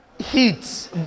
Heats